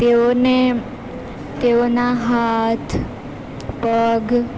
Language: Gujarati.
તેઓને તેઓના હાથ પગ